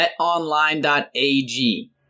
betonline.ag